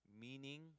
meaning